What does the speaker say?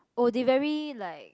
oh they very like